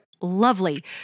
lovely